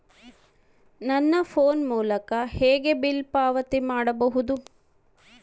ನನ್ನ ಫೋನ್ ಮೂಲಕ ಹೇಗೆ ಬಿಲ್ ಪಾವತಿ ಮಾಡಬಹುದು?